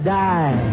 die